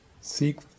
Seek